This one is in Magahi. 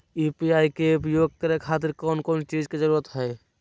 यू.पी.आई के उपयोग के खातिर कौन कौन चीज के जरूरत है?